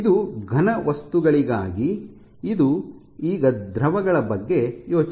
ಇದು ಘನವಸ್ತುಗಳಿಗಾಗಿ ಈಗ ದ್ರವಗಳ ಬಗ್ಗೆ ಯೋಚಿಸಿ